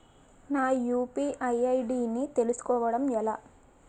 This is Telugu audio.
నా యు.పి.ఐ ఐ.డి ని తెలుసుకోవడం ఎలా?